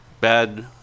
Bad